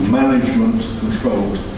management-controlled